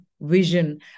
vision